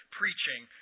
preaching